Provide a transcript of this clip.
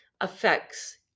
affects